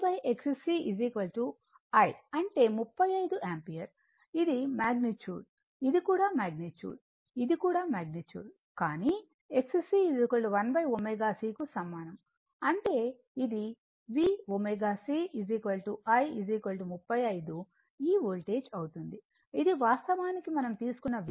ఇది మాగ్నిట్యూడ్ ఇది కూడా మాగ్నిట్యూడ్ ఇది కూడా మాగ్నిట్యూడ్ కానీ XC 1 ω c కు సమానం అంటే అది Vωc I 35 ఈ వోల్టేజ్ అవుతుంది ఇది వాస్తవానికి ఇది మనం తీసుకున్న V3